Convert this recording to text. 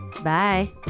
Bye